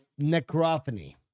Necrophony